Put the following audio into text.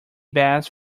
bass